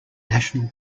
national